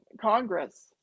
Congress